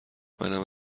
منم